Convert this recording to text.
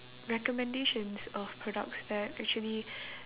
recommendations of products that actually